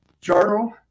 journal